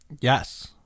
Yes